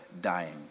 dying